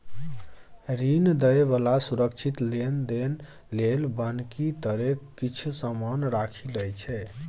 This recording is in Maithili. ऋण दइ बला सुरक्षित लेनदेन लेल बन्हकी तरे किछ समान राखि लइ छै